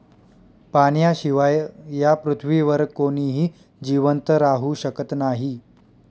पाण्याशिवाय या पृथ्वीवर कोणीही जिवंत राहू शकत नाही